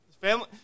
Family